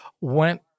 went